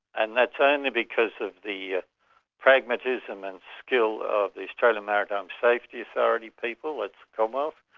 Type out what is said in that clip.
and that's only because of the pragmatism and skill of the australian maritime safety authority people, that's commonwealth,